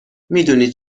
میدونی